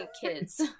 kids